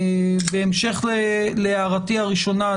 בהמשך להערתי הראשונה,